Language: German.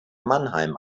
mannheim